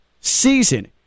season